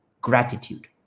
Gratitude